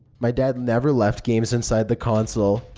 my dad never left games inside the console.